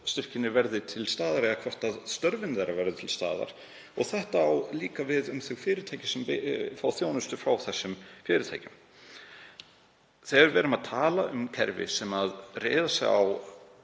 styrkirnir verða til staðar eða hvort störfin þeirra verða til staðar. Þetta á líka við um þau fyrirtæki sem fá þjónustu frá þessum fyrirtækjum. Þegar við erum að tala um kerfi sem reiða sig á